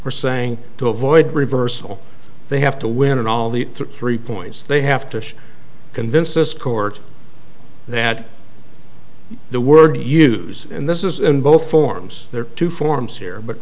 we're saying to avoid reversal they have to win in all the three points they have to convince this court that the word they use in this is in both forms there are two forms here but